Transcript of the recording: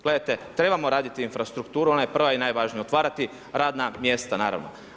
Gledajte, trebamo raditi infrastrukturu, ona je prva i najvažnija, otvarati radna mjesta naravno.